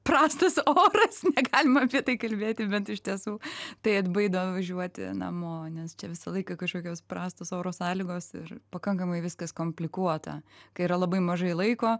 prastas oras negalima apie tai kalbėti bet iš tiesų tai atbaido važiuoti namo nes čia visą laiką kažkokios prastos oro sąlygos ir pakankamai viskas komplikuota kai yra labai mažai laiko